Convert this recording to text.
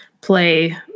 play